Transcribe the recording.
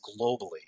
globally